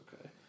okay